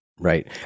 Right